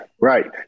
right